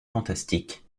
fantastiques